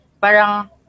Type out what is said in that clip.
parang